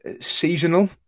seasonal